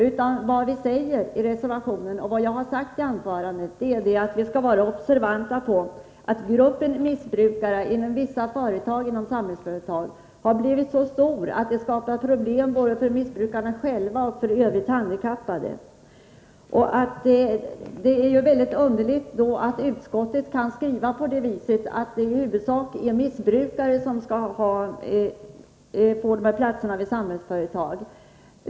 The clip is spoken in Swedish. Vi anför i reservationen — och det har jag också sagt i anförandet — att vi skall vara observanta på att gruppen missbrukare inom vissa företag i Samhällsföretag har blivit så stor att det skapar problem både för missbrukarna själva och för övriga handikappade. Det är mycket underligt att utskottet skriver att i huvudsak missbrukare skall få platserna vid Samhällsföretag.